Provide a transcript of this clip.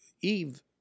Eve